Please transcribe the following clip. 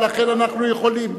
ולכן אנחנו יכולים.